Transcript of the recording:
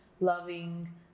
loving